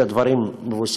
אלה דברים מבוססים,